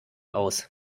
aus